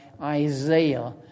Isaiah